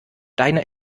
deine